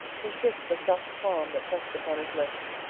he kissed the soft palm that pressed upon his lips.